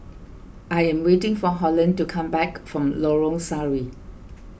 I am waiting for Holland to come back from Lorong Sari